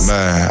Man